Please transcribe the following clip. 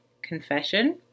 Confession